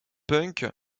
punk